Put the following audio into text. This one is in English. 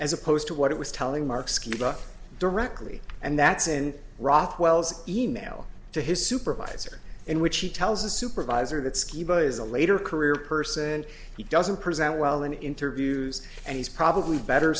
as opposed to what it was telling mark schema directly and that's in rockwell's e mail to his supervisor in which he tells a supervisor that skibo is a later career person he doesn't present well in interviews and he's probably better